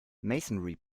masonry